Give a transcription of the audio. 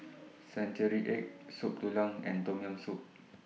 Century Egg Soup Tulang and Tom Yam Soup